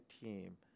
team